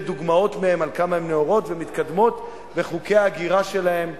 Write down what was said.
דוגמאות מהן על כמה הן נאורות ומתקדמות בחוקי ההגירה שלהן,